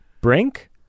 Brink